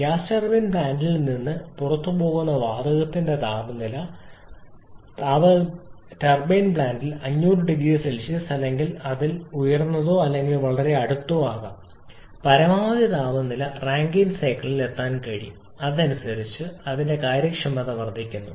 gas turbine പ്ലാന്റിൽ നിന്ന് പുറത്തുപോകുന്ന വാതകത്തിന്റെ താപനില ഒരു വാതകത്തിന്റെ താപനിലയിൽ നിന്ന് പുറത്തുകടക്കുക ടർബൈൻ പ്ലാന്റ് 500 0C അല്ലെങ്കിൽ അതിലും ഉയർന്നതോ അല്ലെങ്കിൽ വളരെ അടുത്തോ ആകാം പരമാവധി താപനില റാങ്കൈൻ സൈക്കിളിൽ എത്താൻ കഴിയും അതനുസരിച്ച് അതിന്റെ കാര്യക്ഷമത ബാധിക്കുന്നു